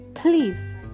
Please